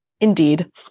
Indeed